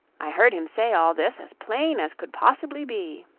i heard him say all this as plain as could possibly be.